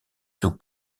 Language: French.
sous